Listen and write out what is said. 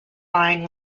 lying